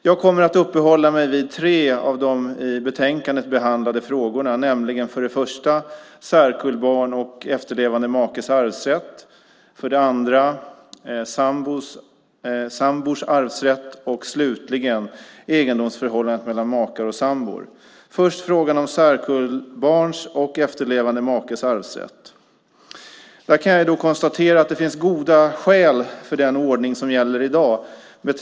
Jag kommer att uppehålla mig vid tre av de i betänkandet behandlade frågorna, nämligen för det första särkullbarns och efterlevande makes arvsrätt, för det andra sambors arvsrätt och för det tredje egendomsförhållandet mellan makar och sambor. Först är det frågan om särkullbarns och efterlevande makes arvsrätt, och där kan jag konstatera att det finns goda skäl för den ordning som gäller i dag.